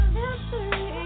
history